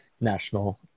national